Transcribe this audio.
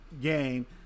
game